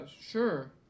Sure